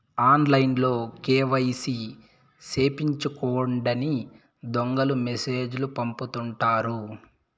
ఆన్లైన్లో కేవైసీ సేపిచ్చుకోండని దొంగలు మెసేజ్ లు పంపుతుంటారు